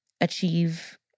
achieve